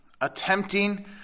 attempting